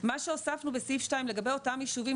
מה שהוספנו בסעיף 2 לגבי אותם ישובים